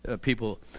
people